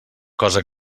cosa